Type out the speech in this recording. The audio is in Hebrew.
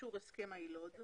(אישור הסכם ומעמד היילוד),